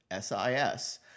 SIS